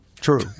true